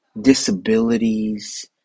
disabilities